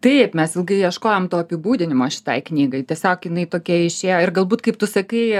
taip mes ilgai ieškojom to apibūdinimo šitai knygai tiesiog jinai tokia išėjo ir galbūt kaip tu sakai